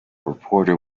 reporter